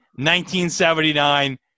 1979